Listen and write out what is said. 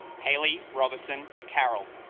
haley robinson carol